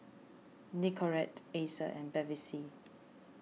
Nicorette Acer and Bevy C